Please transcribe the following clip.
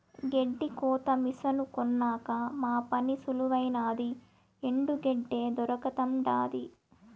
గెడ్డి కోత మిసను కొన్నాక మా పని సులువైనాది ఎండు గెడ్డే దొరకతండాది